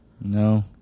No